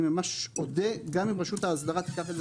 ואני ממש אודה גם אם רשות האסדרה תיקח את זה